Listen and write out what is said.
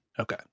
okay